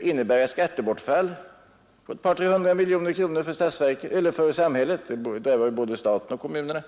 innebära ett skattebortfall på 200-300 miljoner kronor för samhället: det drabbar ju både staten och kommunerna.